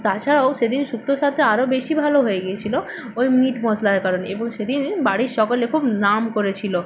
তাছাড়াও সেদিন শুক্তোর স্বাদটা আরও বেশি ভালো হয়ে গিয়েছিল ওই মিট মশলার কারণে এবং সেদিন বাড়ির সকলে খুব নাম করেছিল